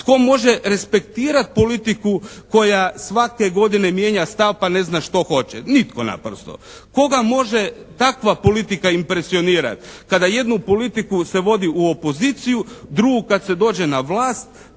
Tko može respektirati politiku koja svake godine mijenja stav pa ne zna što hoće? Nitko naprosto. Koga može takva politika impresionirati kada jednu politiku se vodi u opoziciju, drugu kad se dođe na vlast,